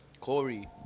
Corey